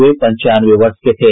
वे पंचानवे वर्ष के थे